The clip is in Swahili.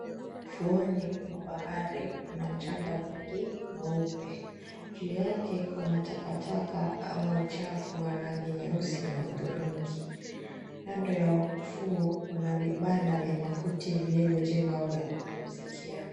Ufuoni mwa bahari kuna mchanga mwingi mweupe. Juu yake kuna takataka ama uchafu wa rangi nyeusi na hudhurungi. Kando ya ufuo kuna vibanda vya makuti vilivyojengwa vya kupumzikia.